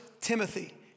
Timothy